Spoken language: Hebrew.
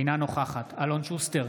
אינה נוכחת אלון שוסטר,